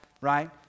right